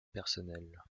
personnelle